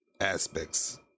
aspects